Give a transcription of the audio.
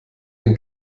den